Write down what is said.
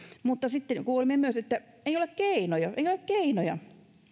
mutta sitten kuulimme myös että ei ole keinoja ei ole keinoja